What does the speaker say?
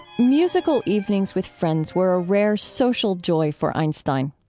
musical evenings with friends were a rare social joy for einstein.